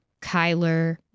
Kyler